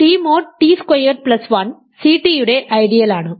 T mod T squared plus 1 C T യുടെ ഐഡിയലാണ്